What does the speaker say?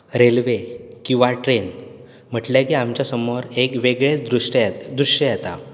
railway किंवा train म्हणलें की आमच्या समोर एक वेगळेंच दृश्य येता